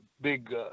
big